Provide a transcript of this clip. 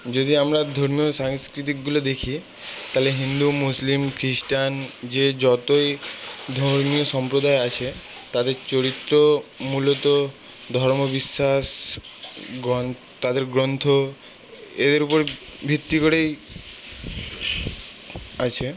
যদি আমরা ধর্মীয় সংস্কৃতিগুলো দেখি তাহলে হিন্দু মুসলিম খ্রিস্টান যে যতই ধর্মীয় সম্প্রদায় আছে তাদের চরিত্র মূলত ধর্ম বিশ্বাস তাদের গ্রন্থ এদের উপর ভিত্তি করেই আছে